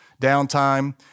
downtime